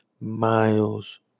miles